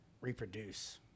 reproduce